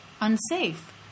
unsafe